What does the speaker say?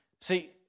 See